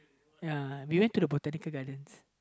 ya we went to the Botanical-Gardens